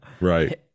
Right